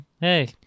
hey